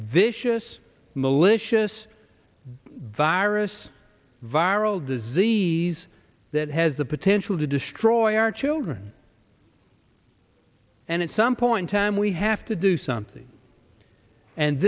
vicious malicious virus viral disease that has the potential to destroy our children and in some point time we have to do something and